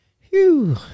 Phew